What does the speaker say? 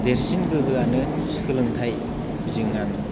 देरसिन गोहोआनो सोलोंथाय बिजोंआनो